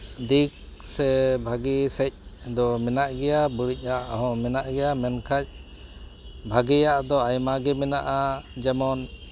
ᱫᱤᱠ ᱥᱮ ᱵᱷᱟᱜᱮ ᱥᱟᱺᱦᱤᱡ ᱫᱚ ᱢᱮᱱᱟᱜ ᱜᱮᱭᱟ ᱵᱟᱹᱲᱤᱡᱼᱟᱜ ᱦᱚᱸ ᱢᱮᱱᱟᱜ ᱜᱮᱭᱟ ᱢᱮᱱᱠᱷᱟᱡ ᱵᱷᱟᱜᱮᱭᱟᱜ ᱫᱚ ᱟᱭᱢᱟ ᱜᱮ ᱢᱮᱱᱟᱜᱼᱟ ᱡᱮᱢᱚᱱ